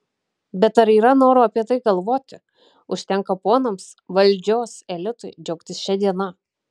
bet ar yra noro apie tai galvoti užtenka ponams valdžios elitui džiaugtis šia diena